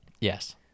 Yes